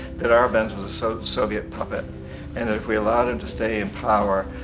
that arbenz was a so soviet puppet and that if we allowed him to stay in power,